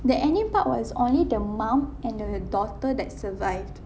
the ending part was only the mum and the daughter that survived